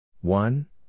One